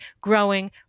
growing